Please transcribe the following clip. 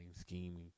scheming